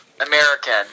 American